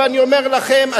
ואני אומר לכם,